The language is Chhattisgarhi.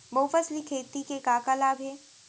बहुफसली खेती के का का लाभ हे?